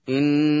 In